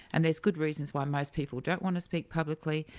and there's good reasons why most people don't want to speak publicly,